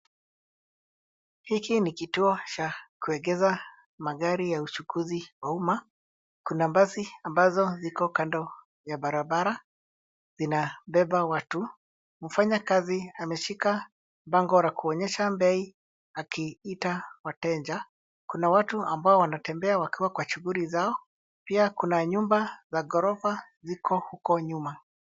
Hiki ni kituo cha kuwekeza magari ya uchukuzi wa umma. Kuna basi ambazo ziko kando ya barabara, zinabeba watu. Mfanyakazi ameshika bango la kuonyesha bei akiita wateja. Kuna watu ambao wanatembea wakiwa kwa shughuli zao, pia kuna nyumba za ghorofa ziko huko nyuma.